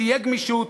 תהיה גמישות,